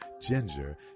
ginger